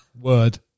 Word